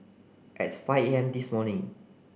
at five A M this morning